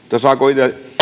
saako